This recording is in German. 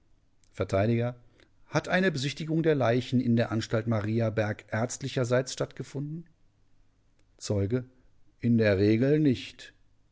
vert hat eine besichtigung der leichen in der anstalt mariaberg ärztlicherseits stattgefunden zeuge in der regel nicht